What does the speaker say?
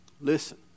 listen